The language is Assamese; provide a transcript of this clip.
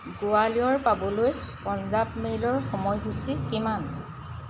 গোৱালিয়ৰ পাবলৈ পাঞ্জাব মেইলৰ সময় সূচী কিমান